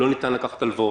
לא ניתן לקחת הלוואות.